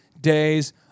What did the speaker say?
days